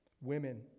Women